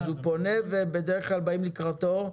הוא פונה ובדרך כלל באים לקראתו?